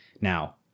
Now